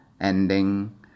ending